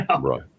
Right